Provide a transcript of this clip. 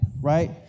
right